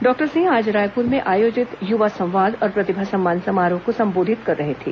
doctor Singh आज रायपुर में आयोजित युवा संवाद और प्रतिभा सम्मान संमारोह को संबोधित कर रहे थे